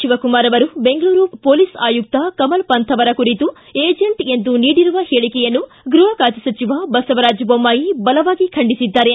ಶಿವಕುಮಾರ್ ಅವರು ಬೆಂಗಳೂರು ಮೊಲೀಸ್ ಆಯುಕ್ತ ಕಮಲ ಪಂಥ ಅವರ ಕುರಿತು ಏಜೆಂಟ್ ಎಂದು ನೀಡಿರುವ ಪೇಳಿಕೆಯನ್ನು ಗೃಪ ಖಾತೆ ಸಚಿವ ಬಸವರಾಜ್ ಬೊಮ್ಬಾಯಿ ಬಲವಾಗಿ ಖಂಡಿಸಿದ್ದಾರೆ